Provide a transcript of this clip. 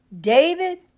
David